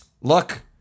look